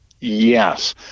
Yes